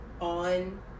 on